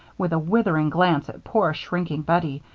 with a withering glance at poor shrinking bettie,